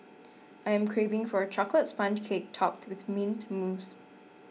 I am craving for a Chocolate Sponge Cake Topped with Mint Mousse